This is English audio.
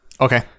Okay